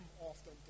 often